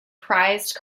prized